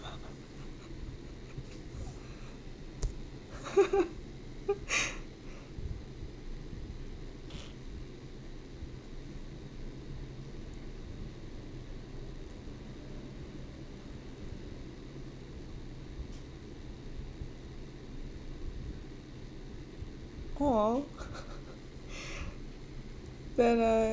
oh then uh